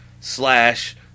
slash